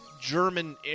German